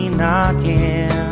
knocking